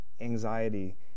anxiety